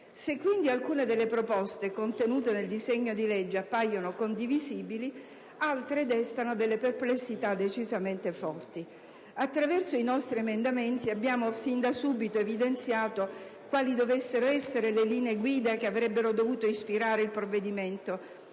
Se quindi alcune delle proposte contenute nel disegno di legge appaiono condivisibili, come dicevo, altre destano forti perplessità. Attraverso i nostri emendamenti, abbiamo sin da subito evidenziato quali dovessero essere le linee guida che avrebbero dovuto ispirare il provvedimento